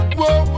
whoa